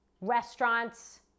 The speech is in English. restaurants